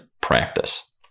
practice